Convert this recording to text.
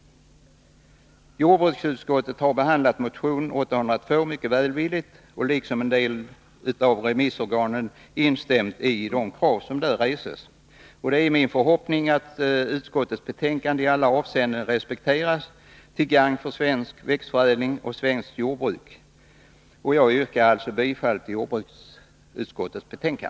Jordbruksutskottet har behandlat motion 1981/82:802 mycket välvilligt, i likhet med en del av remissorganen, som instämt i de krav som där restes. Det är min förhoppning att utskottets betänkande i alla avseenden respekteras, till gagn för svensk växtförädling och svenskt jordbruk. Jag yrkar bifall till jordbruksutskottets hemställan.